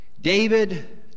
David